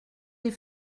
des